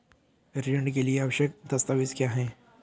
ऋण के लिए आवश्यक दस्तावेज क्या हैं?